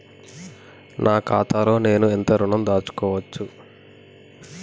నా ఖాతాలో నేను ఎంత ఋణం దాచుకోవచ్చు?